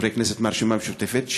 חברי הכנסת מהרשימה המשותפת,